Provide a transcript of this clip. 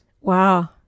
Wow